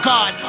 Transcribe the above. God